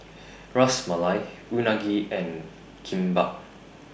Ras Malai Unagi and Kimbap